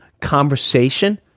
conversation